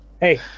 Hey